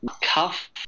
Cuff